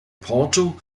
porto